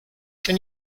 can